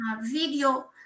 video